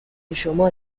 شما